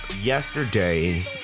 yesterday